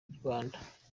rwanda